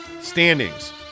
standings